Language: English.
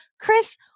Chris